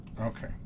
Okay